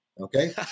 Okay